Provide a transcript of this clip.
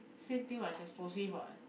same thing what it's explosive what